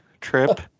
trip